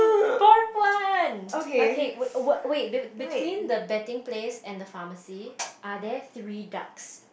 fourth one okay wait~ wait wait~ between the betting place and the pharmacy are there three ducks